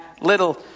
little